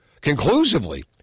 conclusively